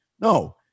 No